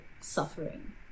suffering